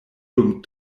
dum